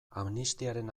amnistiaren